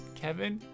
kevin